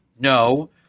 No